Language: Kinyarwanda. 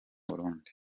burundi